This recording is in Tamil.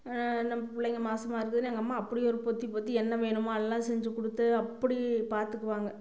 நம்ம பிள்ளைங்க மாதமா இருக்குதுன்னு எங்கள் அம்மா அப்படி ஒரு பொத்தி பொத்தி என்ன வேணுமோ எல்லாம் செஞ்சு கொடுத்து அப்படி பார்த்துக்குவாங்க